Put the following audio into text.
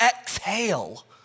exhale